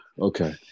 Okay